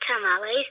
tamales